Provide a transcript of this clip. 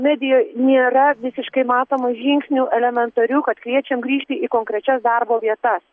medijoj nėra visiškai matoma žingsnių elementarių kad kviečiam grįžti į konkrečias darbo vietas